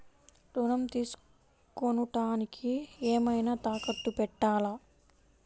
ఋణం తీసుకొనుటానికి ఏమైనా తాకట్టు పెట్టాలా?